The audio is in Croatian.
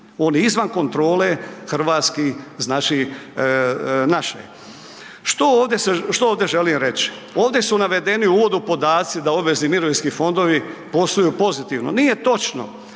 on je izvan kontrole hrvatskih, znači naše. Što ovdje želim reći? Ovdje su navedeni u uvodu podaci da obavezni mirovinski fondovi posluju pozitivno. Nije točno.